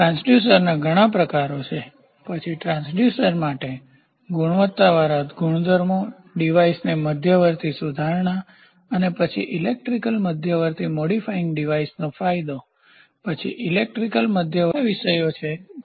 ટ્રાન્સડ્યુસરના ઘણા પ્રકારો છે પછી ટ્રાન્સડ્યુસર્સ માટે ગુણવત્તાવાળા ગુણધર્મો ડિવાઇસીસને મધ્યવર્તી સુધારણા અને પછી ઇલેક્ટ્રિકલ મધ્યવર્તી મોડિફાઇંગ ડિવાઇસેસનો ફાયદો પછી ઇલેક્ટ્રિકલ મધ્યવર્તી મોડિફાઇંગ ડિવાઇસીસ અને ટર્મિનેટીન્ગ ઉપકરણો